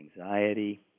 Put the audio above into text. anxiety